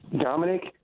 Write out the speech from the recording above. Dominic